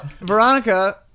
Veronica